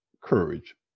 courage